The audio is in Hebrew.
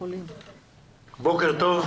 בוקר טוב,